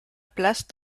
place